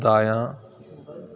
دایاں